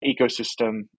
ecosystem